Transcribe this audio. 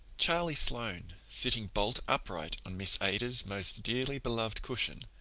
charlie sloane, sitting bolt upright on miss ada's most dearly beloved cushion,